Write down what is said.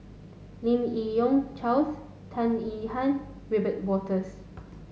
Lim Yi Yong Charles Tan Yihan Wiebe Wolters